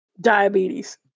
Diabetes